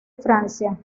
francia